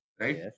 Right